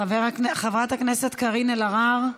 חברת הכנסת קארין אלהרר,